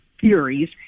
theories